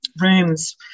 rooms